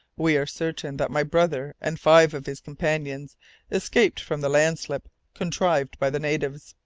we are certain that my brother and five of his companions escaped from the landslip contrived by the natives.